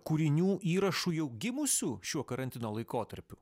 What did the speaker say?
kūrinių įrašų jau gimusių šiuo karantino laikotarpiu